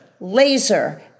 laser